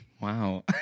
Wow